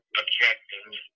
objectives